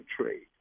trade